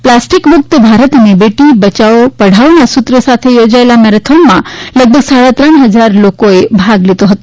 plastic મુકત ભારત અને બેટી બયાવો બેટી પઢાવોના સુત્ર સાથે યોજાયેલ આ મેરેથોનમાં લગભગ સાડા ત્રણ ફજાર લોકોએ ભાગ લીધો હતો